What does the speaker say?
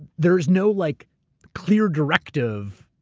there's no like clear directive,